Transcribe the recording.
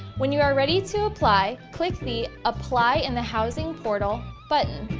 when you are ready to apply, click the apply in the housing portal but